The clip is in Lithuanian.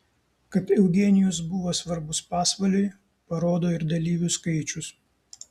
kad eugenijus buvo svarbus pasvaliui parodo ir dalyvių skaičius